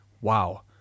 wow